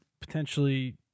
potentially